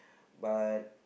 but